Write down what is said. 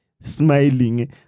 smiling